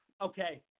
Okay